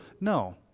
No